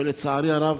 ולצערי הרב,